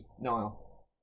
Niall